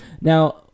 Now